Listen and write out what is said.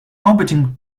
orbiting